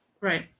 Right